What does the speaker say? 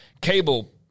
cable